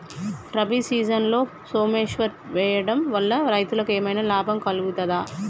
రబీ సీజన్లో సోమేశ్వర్ వేయడం వల్ల రైతులకు ఏమైనా లాభం కలుగుద్ద?